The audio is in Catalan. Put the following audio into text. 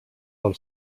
pel